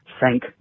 thank